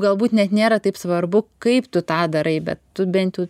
galbūt net nėra taip svarbu kaip tu tą darai bet tu bent jau